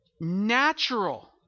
natural